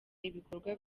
ibikorwa